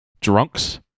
drunks